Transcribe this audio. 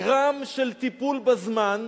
גרם של טיפול בזמן,